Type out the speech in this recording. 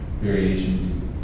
variations